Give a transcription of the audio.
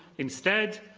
instead,